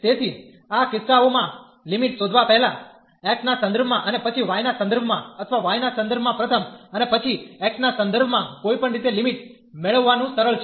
તેથી આ કિસ્સાઓમાં લિમિટ શોધવા પહેલાં x ના સંદર્ભમાં અને પછી y ના સંદર્ભમાં અથવા y ના સંદર્ભમાં પ્રથમ અને પછી x ના સંદર્ભમાં કોઈપણ રીતે લિમિટ મેળવવાનું સરળ છે